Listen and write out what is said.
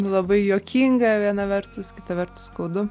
nu labai juokinga viena vertus kita vertus skaudu